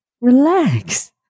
Relax